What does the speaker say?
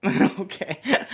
Okay